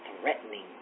threatening